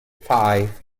five